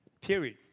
period